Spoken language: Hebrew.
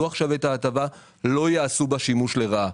עכשיו את ההטבה לא יעשו בה שימוש לרעה.